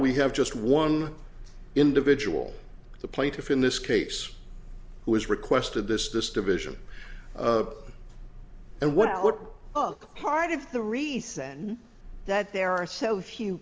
we have just one individual the plaintiff in this case who has requested this this division and what uk part of the reason that there are so few